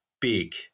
big